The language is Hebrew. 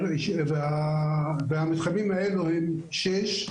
המתחמים האלו הם 6,